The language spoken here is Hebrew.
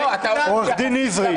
עורך דין נזרי,